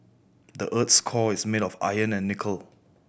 the earth's core is made of iron and nickel